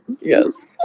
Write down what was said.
yes